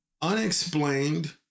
unexplained